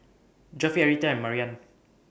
Jeffery Arietta and Mariann